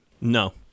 No